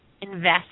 invest